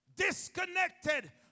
disconnected